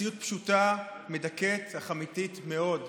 מציאות פשוטה, מדכאת, אך אמיתית מאוד,